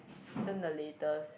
isn't the latest